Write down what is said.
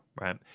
right